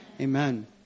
Amen